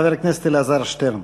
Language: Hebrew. חבר הכנסת אלעזר שטרן.